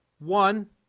one